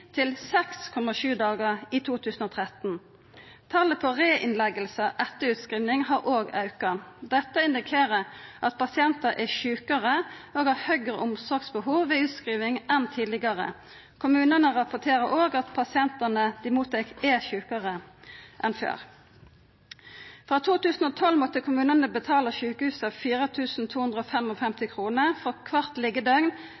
til 6,7 dagar i 2013. Talet på reinnleggingar etter utskriving har òg auka. Dette indikerer at pasientane er sjukare og har høgare omsorgsbehov ved utskriving enn tidlegare. Kommunane rapporterer òg at pasientane dei mottar, er sjukare enn før. Frå 2012 måtte kommunane betala sjukehusa 4 255 kr for kvart liggjedøgn pasientar som er definerte som ferdigbehandla og